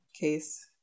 case